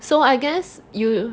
so I guess you